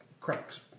cracks